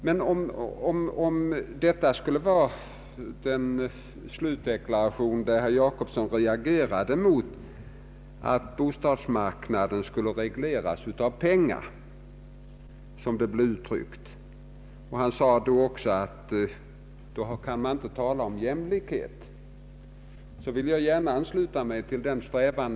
Han uttryckte det så att han reagerade mot att bostadsmarknaden skulle regleras av pengar, och han sade också att man då inte kan tala om jämlikhet. Om detta skulle vara herr Jacobssons slutdeklaration, vill jag gärna ansluta mig till denna.